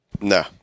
no